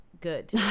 good